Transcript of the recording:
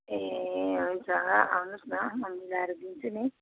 ए हुन्छ आउनुहोस् न म मिलाएर दिन्छु नि